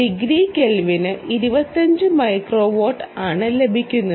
degree കെൽവിന് 25 microwatt ആണ് ലഭിക്കുന്നത്